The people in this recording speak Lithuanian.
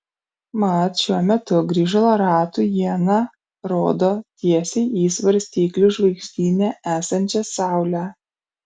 mat šiuo metu grįžulo ratų iena rodo tiesiai į svarstyklių žvaigždyne esančią saulę